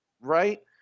Right